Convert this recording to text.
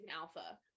Alpha